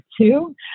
two